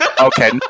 Okay